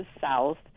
south